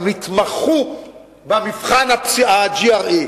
הם התמחו במבחן ה-GRE.